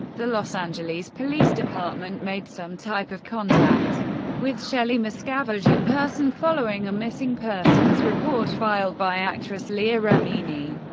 the los angeles police department made some type of contact with shelly miscavige in person following a missing-persons report filed by actress leah remini.